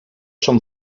són